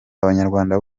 abanyarwanda